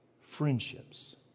friendships